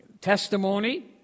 testimony